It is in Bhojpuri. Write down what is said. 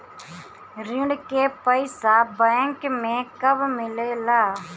ऋण के पइसा बैंक मे कब मिले ला?